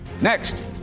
Next